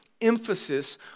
emphasis